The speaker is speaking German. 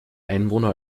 einwohner